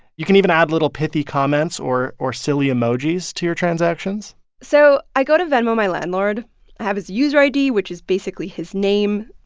you can even add little pithy comments or or silly emojis to your transactions so i go to venmo my landlord. i have his user id, which is basically his name.